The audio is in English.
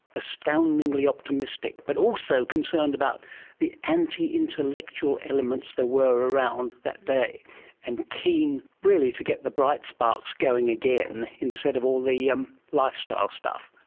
astoundingly optimistic, but also concerned about the anti-intellectual elements there were around that day and keen really to get the bright sparks going again instead of all the um lifestyle stuff.